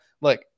Look